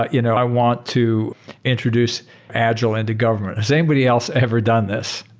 ah you know i want to introduce agile into government. has anybody else ever done this?